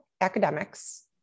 academics